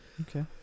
Okay